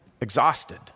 exhausted